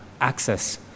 access